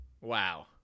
wow